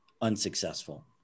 unsuccessful